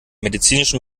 medizinischen